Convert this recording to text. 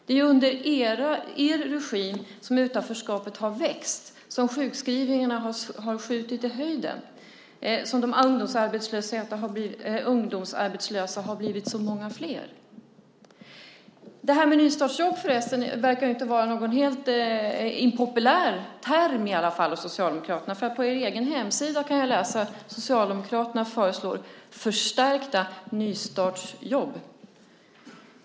Det är under er regim som utanförskapet har vuxit, som sjukskrivningarna har skjutit i höjden, som de ungdomsarbetslösa har blivit så många flera. Nystartsjobb verkar inte vara en helt impopulär term hos Socialdemokraterna. På er egen hemsida kan jag läsa att Socialdemokraterna föreslår förstärkta nystartsjobb.